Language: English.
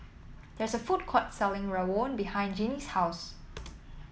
there is a food court selling rawon behind Jeanie's house